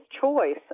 Choice